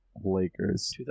Lakers